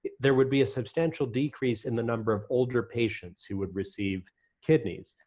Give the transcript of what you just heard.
there would be a substantial decrease in the number of older patients who would receive kidneys.